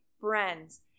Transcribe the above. friends